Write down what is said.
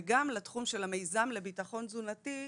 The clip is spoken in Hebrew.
וגם לתחום של המיזם לביטחון תזונתי,